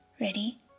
ready